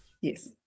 Yes